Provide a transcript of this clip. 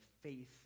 faith